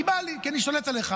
כי בא לי, כי אני שולט עליך.